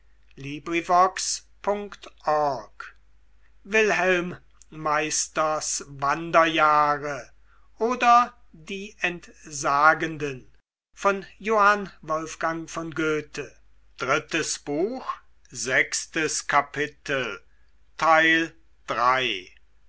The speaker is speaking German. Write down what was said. wilhelm meisters wanderjahre oder die entsagenden